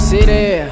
City